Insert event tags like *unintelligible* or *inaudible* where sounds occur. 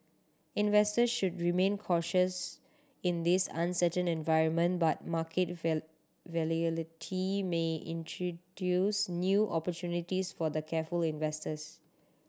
investors should remain cautious in this uncertain environment but market *unintelligible* volatility may introduce new opportunities for the careful investors